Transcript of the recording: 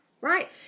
right